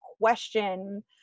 question